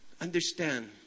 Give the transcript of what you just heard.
understand